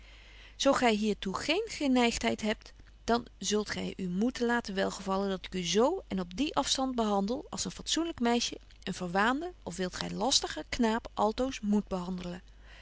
zo gy hier toe geen geneigtheid hebt dan betje wolff en aagje deken historie van mejuffrouw sara burgerhart zult gy u moeten laten welgevallen dat ik u z en op dien afstand behandel als een fatsoenlyk meisje een verwaanden of wilt gy lastigen knaap altoos moet behandelen